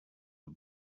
the